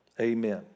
Amen